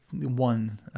one